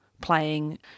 playing